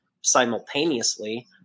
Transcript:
simultaneously